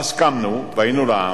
מאז קמנו והיינו לעם,